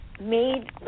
made